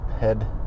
head